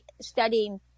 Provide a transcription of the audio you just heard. studying